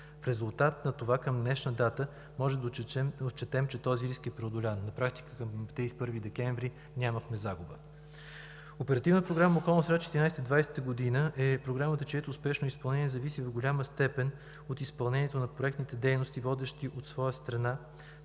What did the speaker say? В резултат на това към днешна дата можем да отчетем, че този риск е преодолян. На практика към 31 декември нямахме загуба. Оперативна програма „Околна среда 2014 – 2020 г.“ е Програмата, чието успешно изпълнение зависи в голяма степен от изпълнението на проектните дейности, водещи от своя страна